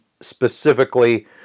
specifically